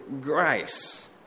grace